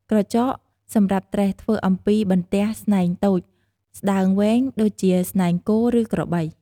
ក្រចកសម្រាប់ត្រេះធ្វើអំពីបន្ទះស្នែងតូច ស្ដើងវែង ដូចជាស្នែងគោ ឬក្របី។